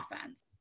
offense